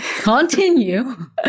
continue